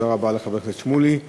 תודה רבה לחבר הכנסת שמולי.